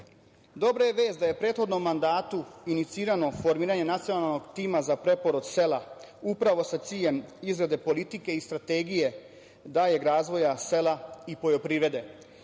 je vest da je prethodnom mandatu inicirano formiranje Nacionalnog tima za preporod sela, upravo sa ciljem izrade politike i strategije daljeg razvoja sela i poljoprivrede.